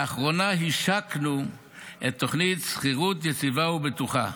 לאחרונה השקנו את תוכנית "שכירות יציבה ובטוחה"